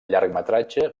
llargmetratge